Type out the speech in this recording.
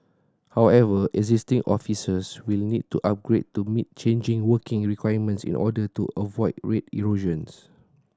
however existing officers will need to upgrade to meet changing working requirements in order to avoid rate erosion